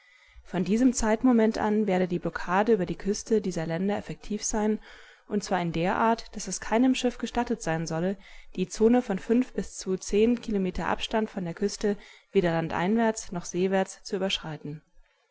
von diesem zeitmoment an werde die blockade über die küste dieser länder effektiv sein und zwar in der art daß es keinem schiff gestattet sein solle die zone von fünf bis zu zehn kilometer abstand von der küste weder landwärts noch seewärts zu überschreiten